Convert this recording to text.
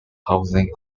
housing